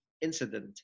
Incident